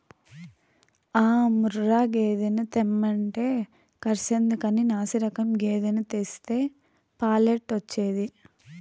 ఆ ముర్రా గేదెను తెమ్మంటే కర్సెందుకని నాశిరకం గేదెను తెస్తే పాలెట్టొచ్చేది